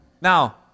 Now